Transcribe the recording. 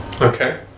Okay